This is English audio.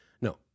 no